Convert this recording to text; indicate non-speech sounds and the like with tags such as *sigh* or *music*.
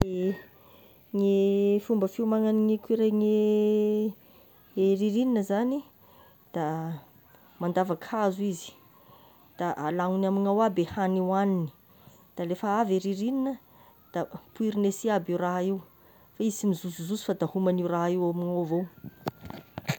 Ye, ny fomba fiomagnan'ny écureuil amin'ny *hesitation* e ririnina zagny, da mandavaky hazo izy, da halagniny amignao aby i hagny hoaniny, da lefa avy e ririnina da poirigny esy aby io raha io fa izy sy mizosozoso, fa da homagny io raha io amignao avao.